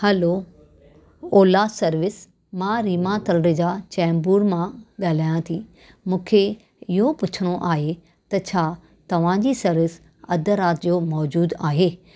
hello Ola service मां रीमा तलरेजा चेंबूर मां ॻाल्हायां थी मूंखे इहो पुछिणो आहे त छा तव्हां जी सर्विस अध रात जो मौजूदु आहे